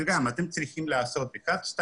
פרטית כדי שהיא תעביר אותו חזרה למשרד ממשלתי?